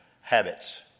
habits